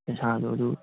ꯄꯩꯁꯥꯗꯣ ꯑꯗꯨ